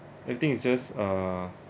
I think it's just uh